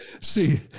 see